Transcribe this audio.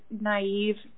naive